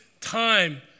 time